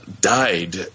died